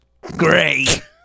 great